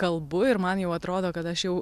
kalbu ir man jau atrodo kad aš jau